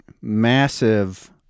massive